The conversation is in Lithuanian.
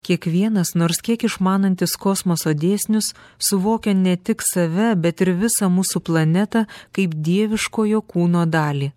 kiekvienas nors kiek išmanantis kosmoso dėsnius suvokia ne tik save bet ir visą mūsų planetą kaip dieviškojo kūno dalį